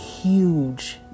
huge